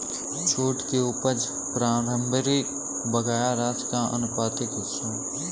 छूट की उपज प्रारंभिक बकाया राशि का आनुपातिक हिस्सा है